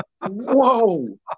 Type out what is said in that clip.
whoa